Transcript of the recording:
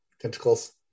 Tentacles